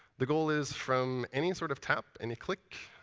the goal is from any sort of tap, any click,